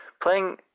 playing